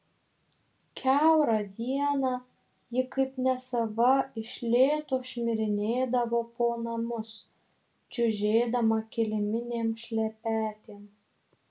kiaurą dieną ji kaip nesava iš lėto šmirinėdavo po namus čiužėdama kiliminėm šlepetėm